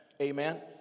Amen